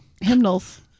hymnals